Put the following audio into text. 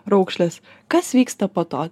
raukšlės kas vyksta po to